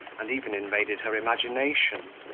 and even invaded her imagination,